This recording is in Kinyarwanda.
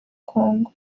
congo